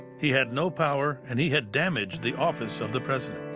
he had no power and he had damaged the office of the president.